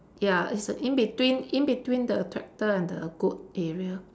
ya it's in between in between the tractor and the goat area